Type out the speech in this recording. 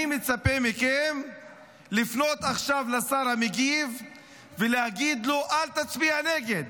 אני מצפה מכם לפנות עכשיו לשר המגיב ולהגיד לו: אל תצביע נגד.